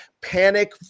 panic